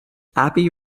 abbey